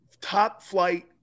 top-flight